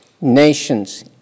nations